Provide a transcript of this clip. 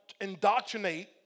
indoctrinate